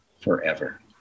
forever